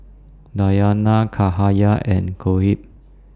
Dayana Cahaya and Shoaib